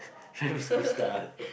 primary school star